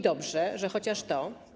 Dobrze, że chociaż to.